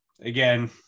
again